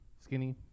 Skinny